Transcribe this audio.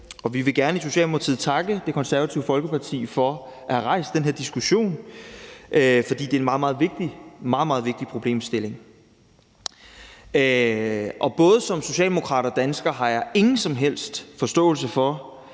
Vi vil gerne i Socialdemokratiet takke Det Konservative Folkeparti for at have rejst den her diskussion, for det er en meget, meget vigtig problemstilling. Både som socialdemokrat og som dansker har jeg ingen som helst forståelse for,